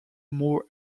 moore